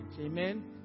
Amen